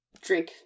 drink